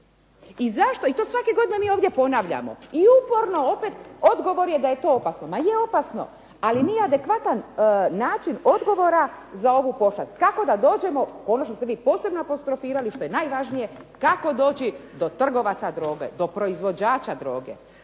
I to svake godine mi ovdje ponavljamo i uporno opet odgovor je da je to opasno. Ma je opasno, ali nije adekvatan način odgovora za ovu pošast. Kako da dođemo, ono što ste vi posebno apostrofirali, što je najvažnije, kako doći do trgovaca droge, do proizvođača droge,